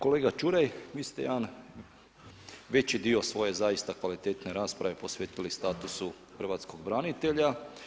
Kolega Čuraj, vi ste jedan veći do svoje zaista kvalitetne rasprave posvetili statusu hrvatskog branitelja.